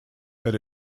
that